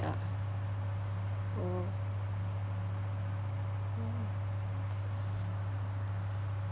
oh